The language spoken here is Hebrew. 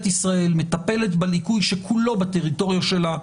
ישראל מטפלת בליקוי שכולו בטריטוריה שלה,